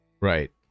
Right